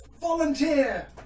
Volunteer